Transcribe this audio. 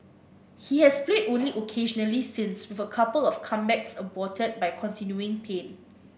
he has played only occasionally since with a couple of comebacks aborted by continuing pain